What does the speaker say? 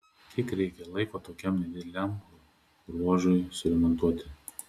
kiek reikia laiko tokiam nedideliam ruožui suremontuoti